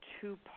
two